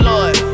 Lord